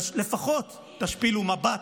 לפחות תשפילו מבט,